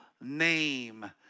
name